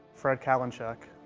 fred kalinchuk,